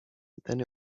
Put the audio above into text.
then